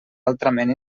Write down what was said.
altrament